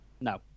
No